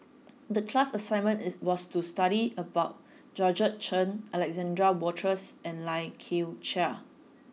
the class assignment it was to study about Georgette Chen Alexander Wolters and Lai Kew Chai